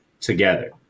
together